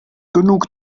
genug